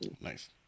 Nice